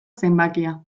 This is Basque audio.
zenbakia